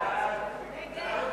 ההצעה